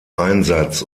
einsatz